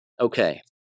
Okay